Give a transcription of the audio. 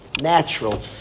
natural